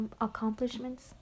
accomplishments